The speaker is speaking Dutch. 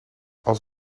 als